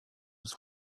was